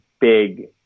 big